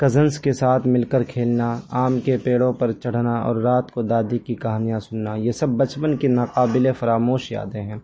cousins کے ساتھ مل کر کھیلنا آم کے پیڑوں پر چڑھنا اور رات کو دادی کی کہانیاں سننا یہ سب بچپن کے ناقابل فراموش یادیں ہیں